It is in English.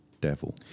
Devil